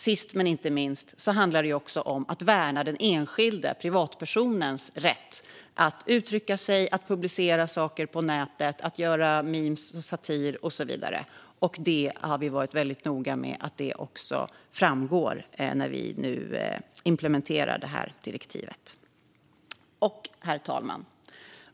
Sist men inte minst handlar det också om att värna den enskildes - privatpersonens - rätt att uttrycka sig, publicera saker på nätet, göra mem och satir och så vidare. Vi har varit väldigt noga med att detta också framgår när direktivet nu implementeras. Herr talman!